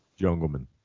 Jungleman